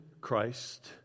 Christ